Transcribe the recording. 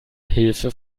hilfe